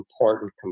important